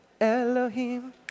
Elohim